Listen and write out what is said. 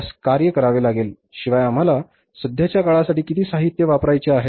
त्यास कार्य करावे लागेल शिवाय आम्हाला सध्याच्या काळासाठी किती साहित्य वापरायचे आहे